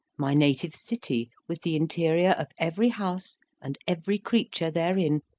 my native city, with the interior of every house and every creature therein,